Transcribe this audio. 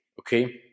okay